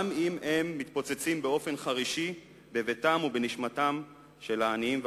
גם אם הם מתפוצצים באופן חרישי בביתם ובנשמתם של העניים והרעבים.